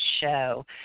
show